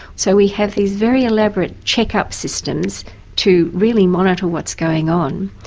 so we have these very elaborate check-up systems to really monitor what's going on,